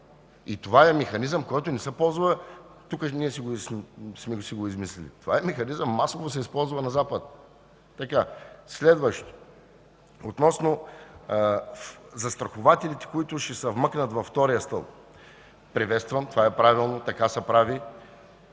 И това е механизъм, който не се ползва..., ние тук да сме си го измислили. Това е механизъм, който се използва масово на Запад. Така. Следващото – относно застрахователите, които ще се вмъкнат във втория стълб. Приветствам, така е правилно, така се прави.